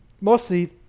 mostly